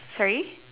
sorry